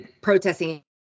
protesting